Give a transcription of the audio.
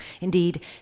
Indeed